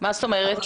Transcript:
מה זאת אומרת?